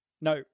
No